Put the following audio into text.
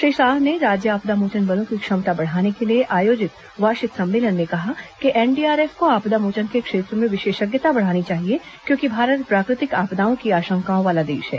श्री शाह ने राज्य आपदा मोचन बलों की क्षमता बढ़ाने के लिए आयोजित वार्षिक सम्मेलन में कहा कि एनडीआरएफ को आपदा मोचन के क्षेत्र में विशेषज्ञता बढ़ानी चाहिए क्योंकि भारत प्राकृतिक आपदाओं की आशंका वाला देश है